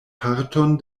parton